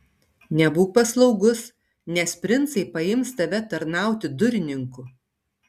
nebūk paslaugus nes princai paims tave tarnauti durininku